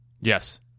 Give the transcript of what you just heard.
Yes